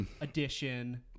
edition